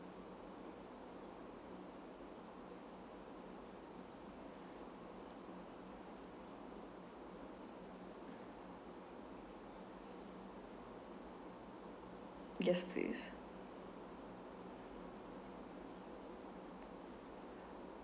yes please